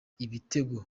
ibitego